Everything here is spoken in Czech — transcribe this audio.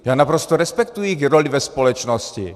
Já naprosto respektuji jejich roli ve společnosti.